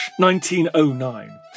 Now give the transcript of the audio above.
1909